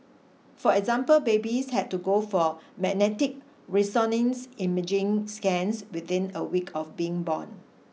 for example babies had to go for magnetic resonance imaging scans within a week of being born